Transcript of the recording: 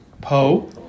Po